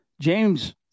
James